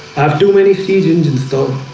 have too many seasons in stock